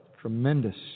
tremendous